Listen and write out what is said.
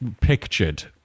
pictured